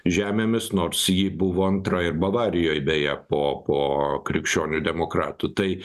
žemėmis nors ji buvo antra ir bavarijoj beje po po krikščionių demokratų tai